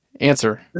answer